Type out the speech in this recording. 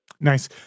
Nice